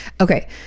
Okay